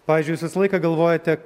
pavyzdžiui jūs visą laiką galvojate